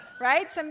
Right